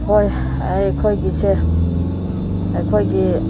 ꯍꯣꯏ ꯑꯩꯈꯣꯏꯒꯤꯁꯦ ꯑꯩꯈꯣꯏꯒꯤ